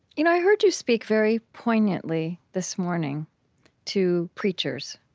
you know i heard you speak very poignantly this morning to preachers